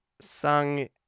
sung